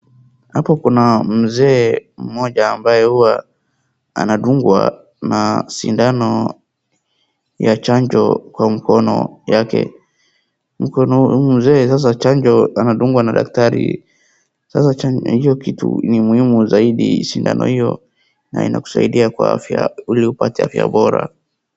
Hapo kuna mzee mmoja ambaye huwa anadungwa na sindano ya chanjo kwa mkono yake. Mzee sasa chanjo anadungwa na chanjo. Sindano hiyo ni muhimu zaidi na inasaidia kwa afya ili upate afya bora.